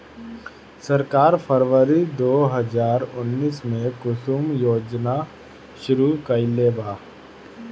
सरकार फ़रवरी दो हज़ार उन्नीस में कुसुम योजना शुरू कईलेबा